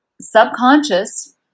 subconscious